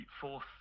fourth